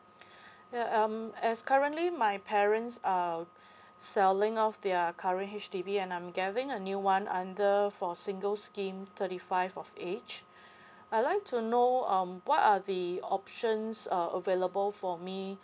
ya um as currently my parents are selling off their current H_D_B and I'm getting a new one under for singles scheme thirty five of age I like to know um what are the options uh available for me